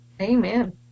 Amen